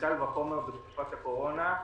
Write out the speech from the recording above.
קל וחומר בתקופת הקורונה.